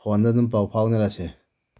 ꯐꯣꯟꯗ ꯑꯗꯨꯝ ꯄꯥꯎ ꯐꯥꯎꯅꯔꯁꯦ